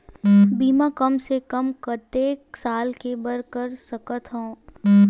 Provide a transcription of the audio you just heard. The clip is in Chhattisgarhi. बीमा कम से कम कतेक साल के बर कर सकत हव?